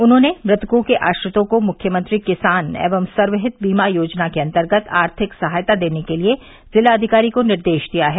उन्होंने मृतकों के आश्रितों को मुख्यमंत्री किसान एवं सर्वहित बीमा योजना के अन्तर्गत आर्थिक सहायता देने के लिये जिलाधिकारी को निर्देश दिया है